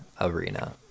arena